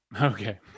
Okay